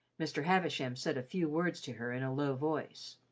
mr. havisham said a few words to her in a low voice.